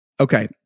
Okay